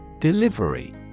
Delivery